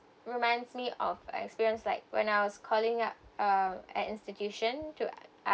reminds me of experience like when I was calling up uh an institution to